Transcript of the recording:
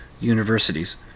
universities